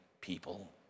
people